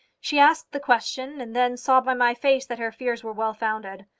she asked the question, and then saw by my face that her fears were well-founded.